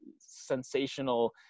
sensational